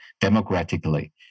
democratically